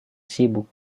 sibuk